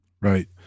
Right